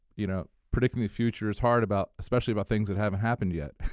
you know, predicting the future is hard about especially about things that haven't happened yet.